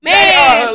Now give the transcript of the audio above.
Man